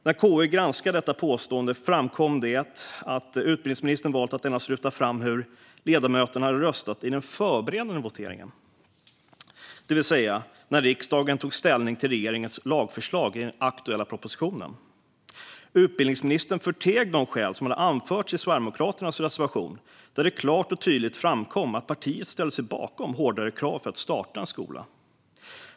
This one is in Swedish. När KU granskade detta påstående framkom det att utbildningsministern valt att endast lyfta fram hur ledamöterna hade röstat i den förberedande voteringen, det vill säga när riksdagen tog ställning till regeringens lagförslag i den aktuella propositionen. Utbildningsministern förteg de skäl som hade anförts i Sverigedemokraternas reservation, där det klart och tydligt framkom att partiet ställde sig bakom hårdare krav för att starta en skola.